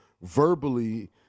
verbally